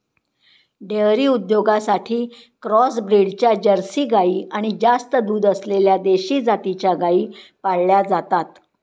dairy उद्योगासाठी cross ब्रीडच्या Jersey गाई आणि जास्त दूध असलेल्या देशी जातीच्या गायी पाळल्या जातात